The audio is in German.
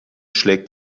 schlägt